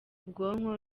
ubwonko